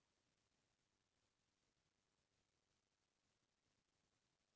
नहर के पानी ला संचय करे के का उपाय हे?